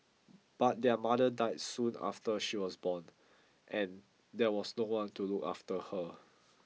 but their mother die soon after she was born and there was no one to look after her